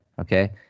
Okay